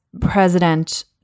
President